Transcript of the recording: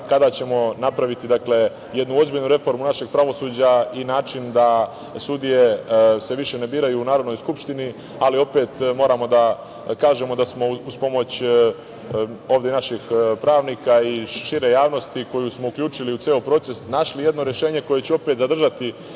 kada ćemo napraviti jednu ozbiljnu reformu našeg pravosuđa i način da se sudije više ne biraju u Narodnoj skupštini. Moramo da kažemo da smo, uz pomoć ovde naših pravnika i šire javnosti koju smo uključili u ceo proces, našli jedno rešenje koje će opet zadržati